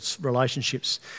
relationships